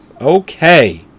Okay